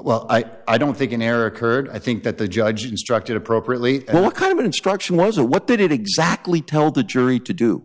well i don't think an error occurred i think that the judge instructed appropriately what kind of an instruction was or what that it exactly tell the jury to do